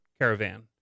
caravan